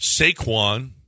Saquon